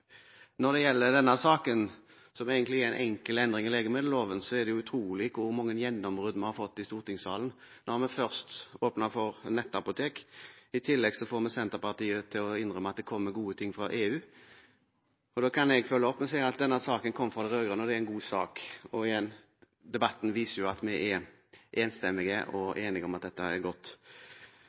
Når det gjelder denne saken, som egentlig er en enkel endring i legemiddelloven, er det utrolig hvor mange gjennombrudd vi har fått i stortingssalen: Vi har først åpnet for nettapotek. I tillegg fikk vi Senterpartiet til å innrømme at det kommer gode ting fra EU. Og nå kan jeg følge opp ved å si at denne saken kom fra de rød-grønne, og det er en god sak. Og igjen: Debatten viser at vi er enstemmige og enige om at dette er godt.